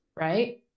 right